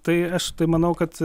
tai aš tai manau kad